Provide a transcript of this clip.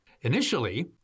Initially